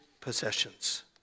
possessions